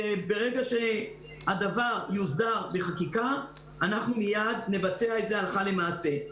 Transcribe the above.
ברגע שהדבר יוסדר בחקיקה אנחנו מייד נבצע את זה הלכה למעשה.